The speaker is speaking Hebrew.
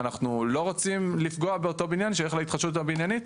אנחנו לא רוצים לפגוע באותו בניין שילך להתחדשות הבניינית,